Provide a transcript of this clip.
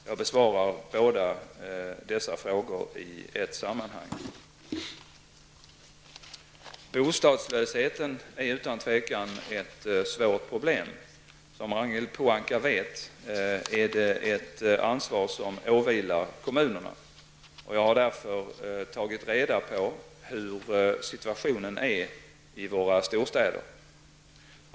Jag besvarar båda dessa frågor i ett sammanhang. Bostadslösheten är utan tvekan ett svårt problem. Som Ragnhild Pohanka vet är det ett ansvar som åvilar kommunerna. Jag har därför tagit reda på hur situationen är i våra storstäder.